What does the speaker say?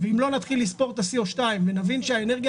ואם לא נתחיל לספור את ה-CO2 ונבין שהאנרגיה